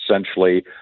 essentially